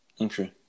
Okay